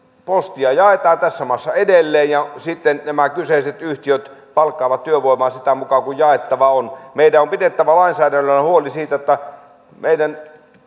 postia jaetaan tässä maassa edelleen ja sitten nämä kyseiset yhtiöt palkkaavat työvoimaa kun jaettava on meidän on pidettävä lainsäädännöllä huoli siitä että meidän